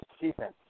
defense